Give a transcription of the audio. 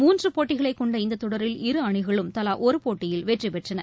மூன்றுபோட்டிகளைகொண்ட இந்தத் தொடரில் இருஅணிகளும் தவாஒருபோட்டியில் வெற்றிபெற்றன